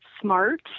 smart